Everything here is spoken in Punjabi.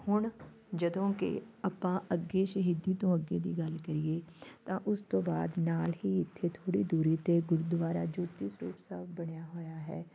ਹੁਣ ਜਦੋਂ ਕਿ ਆਪਾਂ ਅੱਗੇ ਸ਼ਹੀਦੀ ਤੋਂ ਅੱਗੇ ਦੀ ਗੱਲ ਕਰੀਏ ਤਾਂ ਉਸ ਤੋਂ ਬਾਅਦ ਨਾਲ ਹੀ ਇੱਥੇ ਥੋੜ੍ਹੀ ਦੂਰੀ 'ਤੇ ਗੁਰਦੁਆਰਾ ਜੋਤੀ ਸਰੂਪ ਸਾਹਿਬ ਬਣਿਆ ਹੋਇਆ ਹੈ